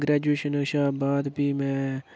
graduation शा बाद प्ही में